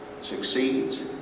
succeeds